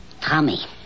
Tommy